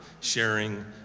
sharing